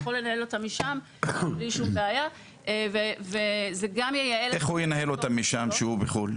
לנהל משם בלי כל בעיה איך הוא ינהל אותם משם כשהוא בחוץ לארץ?